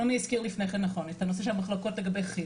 שלומי הזכיר לפני כן נכון את הנושא של המחלוקות לגבי כיל,